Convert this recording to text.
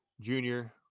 junior